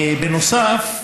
בנוסף,